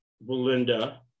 Belinda